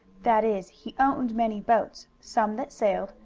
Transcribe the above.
that is he owned many boats, some that sailed,